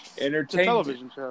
Entertainment